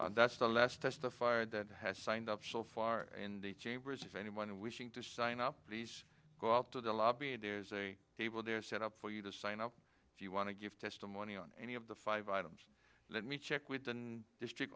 here that's the last testified that has signed up so far in the chambers of anyone wishing to sign up these go out to the lobby and there's a table they're set up for you to sign up if you want to give testimony on any of the five items let me check with and district